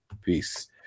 Peace